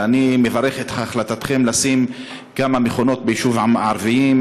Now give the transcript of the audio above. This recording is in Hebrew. ואני מברך על החלטתכם לשים כמה מכונות ביישובים הערביים,